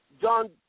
John